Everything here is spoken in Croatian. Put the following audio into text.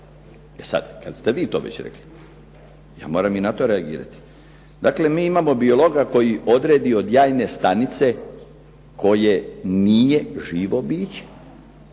E sad kad ste vi to već rekli ja moram i na to reagirati. Dakle, mi imamo biologa koji odredi od jajne stanice koje nije živo biće